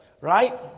Right